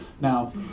Now